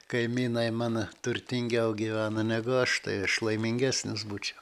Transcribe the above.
kaimynai mano turtingiau gyvena negu aš tai aš laimingesnis būčiau